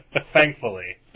Thankfully